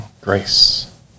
grace